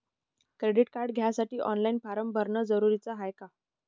Credit card घ्यासाठी online form भरन जरुरीच हाय का?